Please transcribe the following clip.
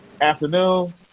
Afternoon